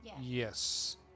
Yes